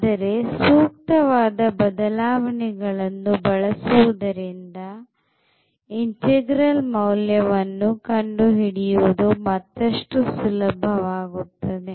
ಆದರೆ ಸೂಕ್ತವಾದ ಬದಲಾವಣೆ ಗಳನ್ನು ಬಳಸುವುದರಿಂದ ಇಂಟೆಗ್ರಾಲ್ ಮೌಲ್ಯವನ್ನು ಕಂಡುಹಿಡಿಯುವುದು ಮತ್ತಷ್ಟು ಸುಲಭವಾಗುತ್ತದೆ